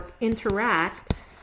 interact